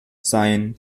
sein